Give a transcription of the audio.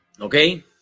Okay